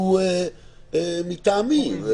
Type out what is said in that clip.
מטעמי.